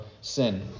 sin